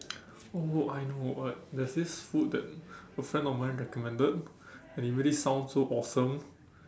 oh I know like there's this food that a friend of mine recommended and it really sounds so awesome